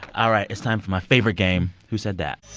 all right it's time for my favorite game, who said that?